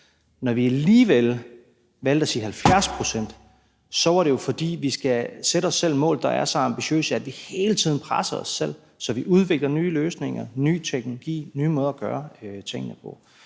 når vi alligevel valgte at sige 70 pct., var det jo, fordi vi skal sætte os selv mål, der er så ambitiøse, at vi hele tiden presser os selv, så vi udvikler nye løsninger, ny teknologi og nye måder at gøre tingene på.